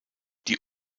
die